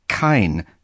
kein